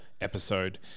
episode